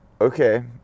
Okay